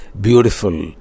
beautiful